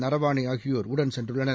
நரவானேஆகியோர் உடன் சென்றுள்ளார்